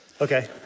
Okay